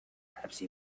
perhaps